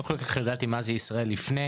לא כל כך ידעתי מה זה ישראל לפני,